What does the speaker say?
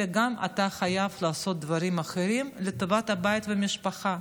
אלא אתה חייב גם לעשות דברים אחרים לטובת הבית והמשפחה.